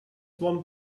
one